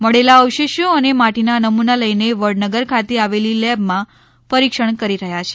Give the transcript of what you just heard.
મળેલા અવશેષો અને માટીના નમૂના લઇને વડનગર ખાતે આવેલી લેબમાં પરીક્ષણ કરી રહ્યા છે